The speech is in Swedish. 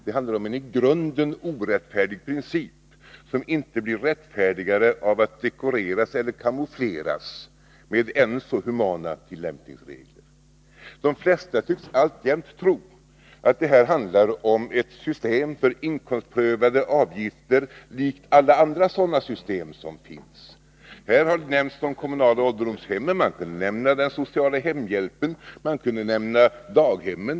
Det handlar om en i grunden orättfärdig princip, som inte blir rättfärdigare av att dekoreras eller camoufleras med än så humana tillämpningsregler. De flesta tycks alltjämt tro att det här handlar om ett system för inkomstprövade avgifter, likt alla andra sådana system som finns. Här har nämnts de kommunala ålderdomshemmen. Man kunde nämna den sociala hemhjälpen, man kunde nämna daghemmen.